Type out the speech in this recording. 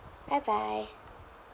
bye bye